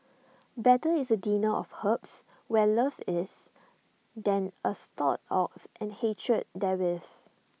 better is A dinner of herbs where love is than A stalled ox and hatred therewith